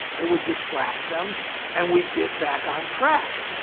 it would distract them and we'd get back on track.